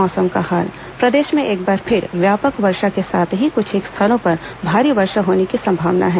मौसम प्रदेश में एक बार फिर व्यापक वर्षा के साथ ही कुछेक स्थानों पर भारी वर्षा होने की संभावना है